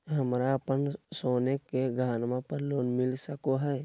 हमरा अप्पन सोने के गहनबा पर लोन मिल सको हइ?